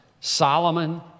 Solomon